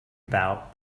about